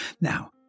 Now